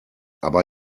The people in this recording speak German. aber